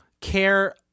care